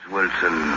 Wilson